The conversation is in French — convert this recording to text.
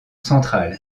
centrale